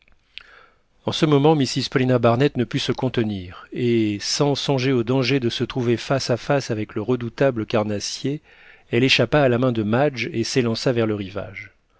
en ce moment mrs paulina barnett ne put se contenir et sans songer au danger de se trouver face à face avec le redoutable carnassier elle échappa à la main de madge et s'élança vers le rivage